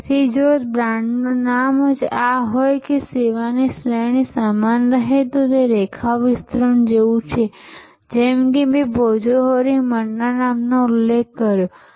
તેથી જો બ્રાંડનું નામ આ જ હોય અને સેવાની શ્રેણી સમાન રહે તો તે રેખા વિસ્તરણ જેવું છે જેમ કે મેં ભોજોહોરી મન્ના નામનો ઉલ્લેખ કર્યો છે